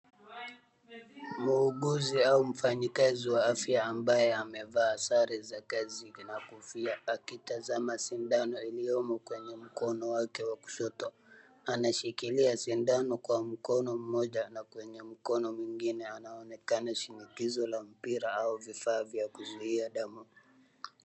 Muuguzi au mfanyikazi wa afya ambaye amevaa sare za kazi inakufia akitazama shindano iliomo kwenye mkono wake wa kushoto. Anashikilia sindano kwa mkono mmoja na kwenye mkono mwingine anaonekana shinikizo la mpira au vifaa vya kuzuia damu.